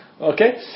Okay